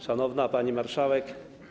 Szanowna Pani Marszałek!